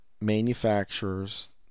manufacturers